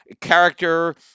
character